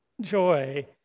Joy